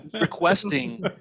requesting